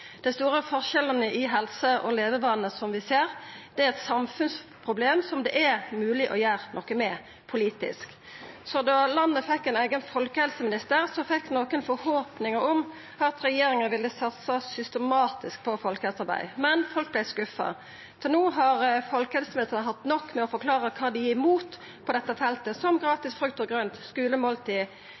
Dei store forskjellane i helse og levevanar som vi ser, er eit samfunnsproblem det er mogleg å gjera noko med politisk. Da landet fekk ein eigen folkehelseminister, fekk nokon forhåpningar om at regjeringa ville satsa systematisk på folkehelsearbeid. Men folk vart skuffa. Til no har folkehelseministeren hatt nok med å forklara kva dei er imot på dette feltet – som gratis frukt og grønt, skulemåltid,